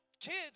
kids